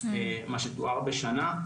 מה שתואר בשנה.